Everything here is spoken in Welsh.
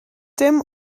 dim